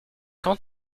quand